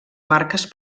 marques